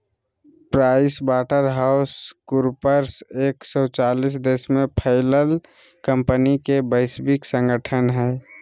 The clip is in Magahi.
प्राइस वाटर हाउस कूपर्स एक सो चालीस देश में फैलल कंपनि के वैश्विक संगठन हइ